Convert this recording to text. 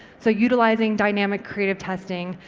so utilising dynamic creative testing,